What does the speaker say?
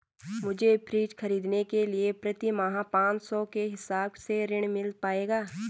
मुझे फ्रीज खरीदने के लिए प्रति माह पाँच सौ के हिसाब से ऋण मिल पाएगा?